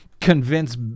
Convince